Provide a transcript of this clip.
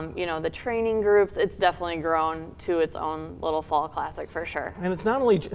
you know, the training groups, it's definitely grown to its own little fall classic, for sure. and it's not only,